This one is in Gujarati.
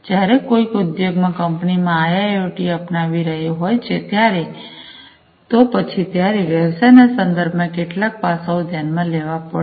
જ્યારે કોઈક ઉદ્યોગમાં કંપનીમાં આઈઆઈઑટી અપનાવી રહ્યું હોય છે તો પછી ત્યારે વ્યવસાયના સંદર્ભમાં કેટલાક પાસાઓ ધ્યાનમાં લેવા પડશે